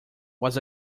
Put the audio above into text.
was